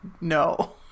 no